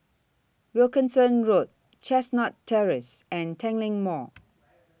Wilkinson Road Chestnut Terrace and Tanglin Mall